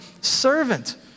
servant